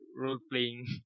role-playing